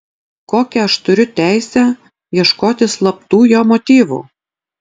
kokią aš turiu teisę ieškoti slaptų jo motyvų